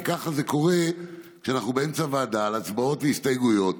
כי ככה זה קורה כשאנחנו באמצע ועדה על הצבעות והסתייגויות,